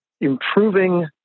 improving